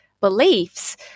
beliefs